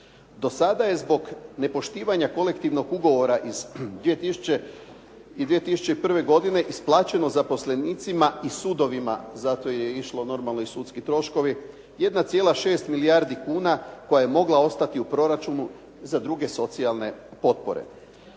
Do sada je zbog nepoštivanja kolektivnog ugovora iz 2000. i 2001. godine isplaćeno zaposlenicima i sudovima, za to je išlo normalno i sudski troškovi 1,6 milijardi kuna koja je mogla ostati u proračunu za druge socijalne potpore.